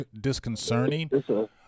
disconcerting